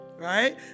right